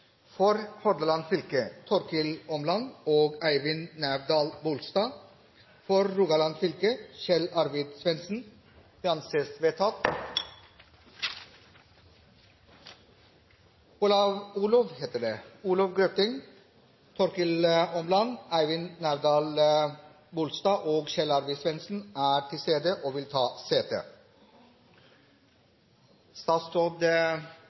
Hordaland fylke: Torkil Åmland og Eivind Nævdal-BolstadFor Rogaland fylke: Kjell Arvid Svendsen Olov Grøtting, Torkil Åmland, Eivind Nævdal-Bolstad og Kjell Arvid Svendsen er til stede og vil ta sete.